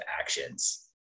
actions